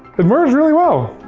it merged really well.